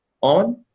on